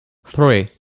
three